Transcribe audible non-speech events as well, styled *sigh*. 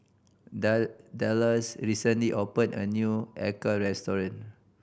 *unintelligible* Dallas recently opened a new acar restaurant